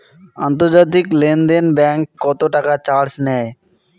আন্তর্জাতিক লেনদেনে ব্যাংক কত টাকা চার্জ নেয়?